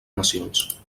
nacions